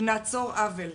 שנעצור עוול,